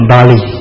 Bali